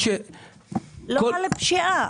לא על הפשיעה.